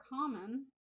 Common